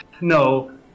No